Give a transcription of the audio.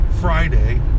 Friday